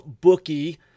bookie